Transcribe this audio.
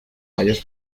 tallos